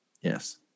Yes